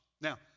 Now